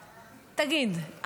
תגיד,